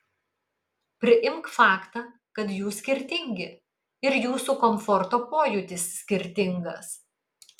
priimk faktą kad jūs skirtingi ir jūsų komforto pojūtis skirtingas